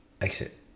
exit